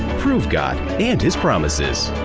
prove god and his promises.